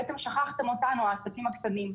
שכחתם אותנו העסקים הקטנים.